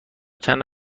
چند